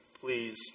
please